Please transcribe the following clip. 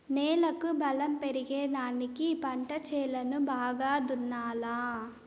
నేలకు బలం పెరిగేదానికి పంట చేలను బాగా దున్నాలా